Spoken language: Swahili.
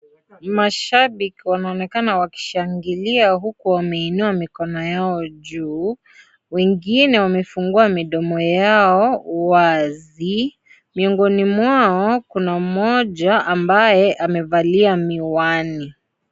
Ni mashabiki anaonekana wakishangilia huku wameinua mikono yao juu, wengine wamefungua midomo yao wazi, miongoni mwao kuna mmoja ambaye amevalia miwani.